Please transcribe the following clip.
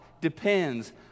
depends